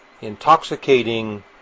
intoxicating